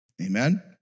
Amen